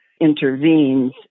intervenes